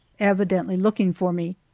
evidently looking for me.